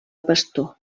pastor